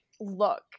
look